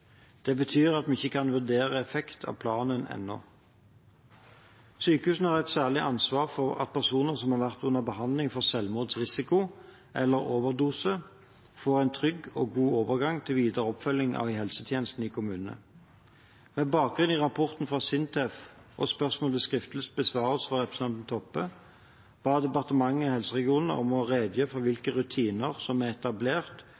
Det betyr at vi ikke kan vurdere effekten av planen ennå. Sykehusene har et særlig ansvar for at personer som har vært under behandling for selvmordsrisiko eller overdose, får en trygg og god overgang til videre oppfølging i helsetjenesten i kommunene. Med bakgrunn i rapporten fra SINTEF og spørsmål til skriftlig besvarelse fra representanten Toppe ba departementet helseregionene om å redegjøre for hvilke rutiner som er etablert